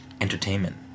entertainment